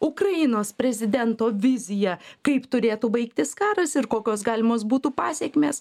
ukrainos prezidento viziją kaip turėtų baigtis karas ir kokios galimos būtų pasekmės